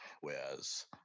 whereas